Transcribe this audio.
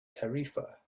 tarifa